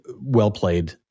well-played